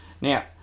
Now